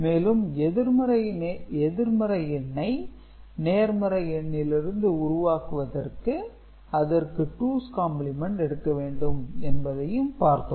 மேலும் எதிர்மறை எண்ணை நேர்மறை எண்ணிலிருந்து உருவாக்குவதற்கு அதற்கு டூஸ் காம்ப்ளிமென்ட் எடுக்க வேண்டும் என்பதையும் பார்த்தோம்